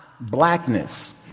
blackness